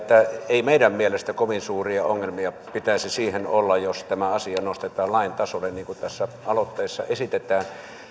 ei meidän mielestämme kovin suuria ongelmia pitäisi siihen olla että tämä asia nostetaan lain tasolle niin kuin tässä aloitteessa esitetään